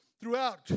throughout